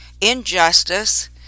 injustice